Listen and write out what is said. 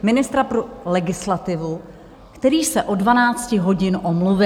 Ministra pro legislativu, který se od 12 hodin omluvil.